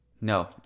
No